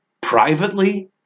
privately